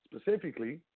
specifically